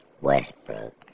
Westbrook